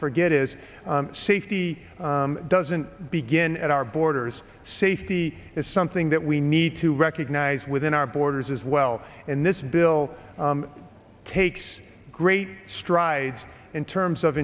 forget is safety doesn't begin at our borders safety is something that we need to recognize within our borders as well and this bill takes great strides in terms of